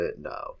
no